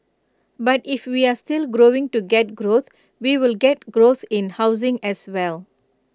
but if we are still going to get growth we will get growth in housing as well